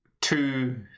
two